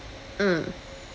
mm